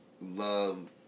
Love